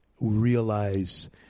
realize